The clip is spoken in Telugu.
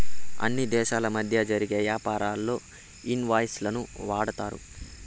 అన్ని దేశాల మధ్య జరిగే యాపారాల్లో ఇన్ వాయిస్ లను వాడతారు